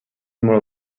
molt